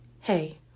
Hey